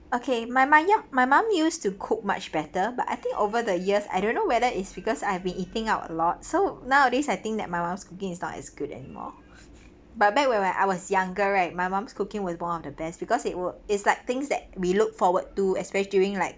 okay my my yum my mum used to cook much better but I think over the years I don't know whether is because I have been eating out a lot so nowadays I think that my mom's cooking is not as good anymore but back when I I was younger right my mum's cooking was one of the best because it were it's like things that we look forward to especially during like